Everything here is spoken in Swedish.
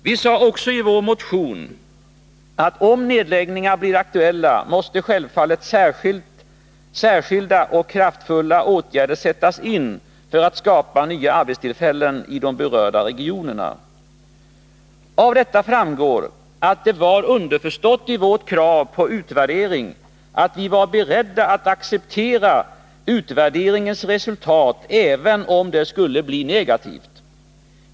Vi sade också i vår motion att om nedläggningar blir aktuella måste självfallet särskilda och kraftfulla åtgärder sättas in för att skapa nya arbetstillfällen i de berörda regionerna. Av detta framgår att det var underförstått i vårt krav på utvärdering att vi var beredda att acceptera utvärderingens resultat även om det skulle bli negativt.